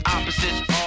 Opposites